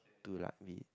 to like